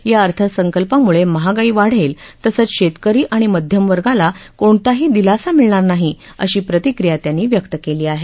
या अर्थसंकल्पामुळे महागाई वाढेल तसंच शेतकरी आणि मध्यमवर्गाला कोणताही दिलासा मिळणार नाही अशी प्रतिक्रीया त्यांनी व्यक्त केली आहे